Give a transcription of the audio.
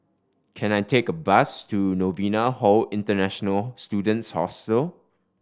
can I take a bus to Novena Hall International Students Hostel